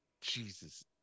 Jesus